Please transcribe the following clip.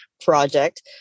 project